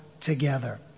together